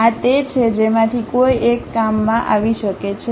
આ તે છે જેમાંથી કોઈ એક કામમાં આવી શકે છે